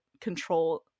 control